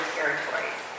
territories